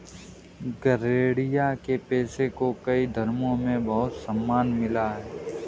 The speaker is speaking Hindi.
गरेड़िया के पेशे को कई धर्मों में बहुत सम्मान मिला है